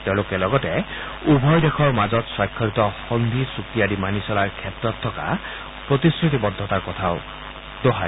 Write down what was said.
তেওঁলোকে লগতে উভয় দেশৰ মাজত স্বাক্ষৰিত সন্ধি চুক্তি মানি চলাৰ ক্ষেত্ৰত থকা প্ৰতিশ্ৰুতি বদ্ধতাৰ কথা দোহাৰে